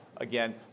again